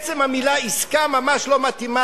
עצם המלה "עסקה" ממש לא מתאים,